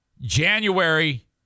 January